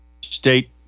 State